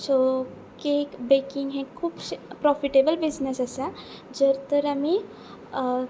so cake baking हे खुबशे profitable business आसा जर तर आमी